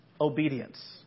obedience